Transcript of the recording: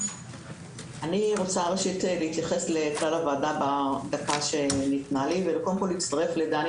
אני רוצה ראשית להתייחס לוועדה בדקה שניתנה לי וקודם כל להצטרף לדני